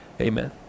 Amen